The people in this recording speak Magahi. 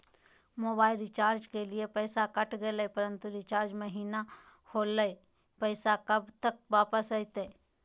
मोबाइल रिचार्ज के लिए पैसा कट गेलैय परंतु रिचार्ज महिना होलैय, पैसा कब तक वापस आयते?